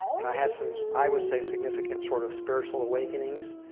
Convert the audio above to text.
and i had some, i would say, significant sort of spiritual awakenings.